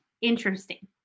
interesting